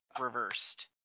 reversed